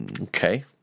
Okay